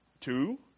two